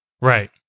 Right